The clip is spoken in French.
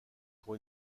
pour